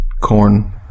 corn